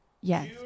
Yes